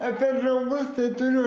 apie draugus turiu